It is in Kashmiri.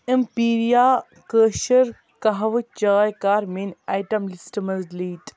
اٮ۪مپیٖرِیا کٲشِر کَہوٕ چاے کَر میٛٲنۍ آیٹَم لِسٹ منٛز ڈِلیٖٹ